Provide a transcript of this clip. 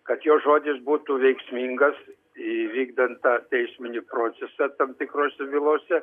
kad jo žodis būtų veiksmingas įvykdant tą teisminį procesą tam tikrose bylose